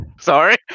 Sorry